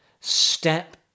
Step